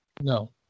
No